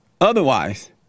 otherwise